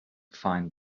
find